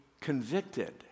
convicted